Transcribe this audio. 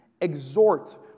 Exhort